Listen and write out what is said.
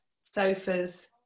sofas